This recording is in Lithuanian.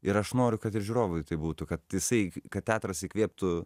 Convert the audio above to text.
ir aš noriu kad ir žiūrovui tai būtų kad jisai kad teatras įkvėptų